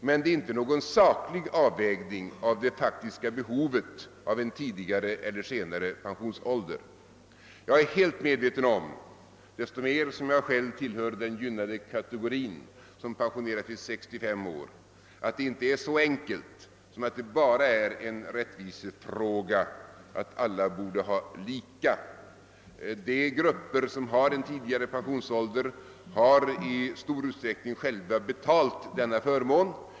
Men det är inte någon saklig avvägning av det faktiska behovet av en tidigare eller senare pensionsålder. Jag tillhör själv den gynnade kategori som pensioneras vid 65 år, och jag är helt medveten om att det inte är så enkelt att det bara är en rättvisefråga. De grupper som har en tidigare pensionsålder har i stor utsträckning själva betalt denna förmån.